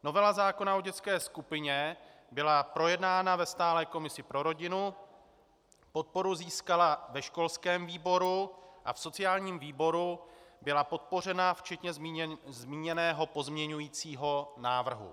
Novela zákona o dětské skupině byla projednána ve stálé komisi pro rodinu, podporu získala ve školském výboru a v sociálním výboru byla podpořena včetně zmíněného pozměňovacího návrhu.